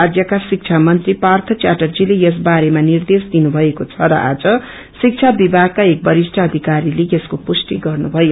राज्यका शिक्षा मन्त्री पार्य च्याटर्जीते यस बारेमा निर्देश दिनु भएको छ र आज शिब्धा विभागका एक वरिष्ठ अविकारीले यसको पुष्टि गर्नु भयो